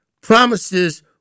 promises